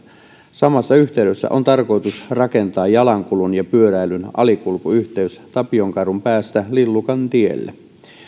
samassa yhteydessä on tarkoitus rakentaa jalankulun ja pyöräilyn alikulkuyhteys tapionkadun päästä lillukkatielle